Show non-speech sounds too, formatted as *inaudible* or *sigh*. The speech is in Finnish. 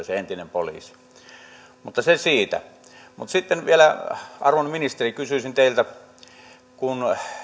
*unintelligible* se entinen poliisi epäilyttävä henkilö mutta se siitä sitten vielä arvon ministeri kysyisin teiltä että kun